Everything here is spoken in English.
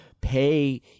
pay